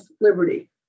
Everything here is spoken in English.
liberty